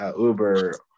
Uber